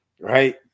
Right